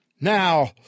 Now